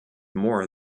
more